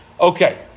Okay